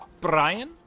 Brian